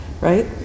right